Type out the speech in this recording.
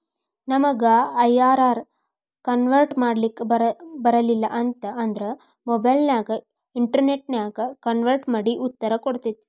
ನಮಗ IRR convert ಮಾಡ್ಲಿಕ್ ಬರಲಿಲ್ಲ ಅಂತ ಅಂದ್ರ ಮೊಬೈಲ್ ನ್ಯಾಗ ಇನ್ಟೆರ್ನೆಟ್ ನ್ಯಾಗ ಕನ್ವರ್ಟ್ ಮಡಿ ಉತ್ತರ ಕೊಡ್ತತಿ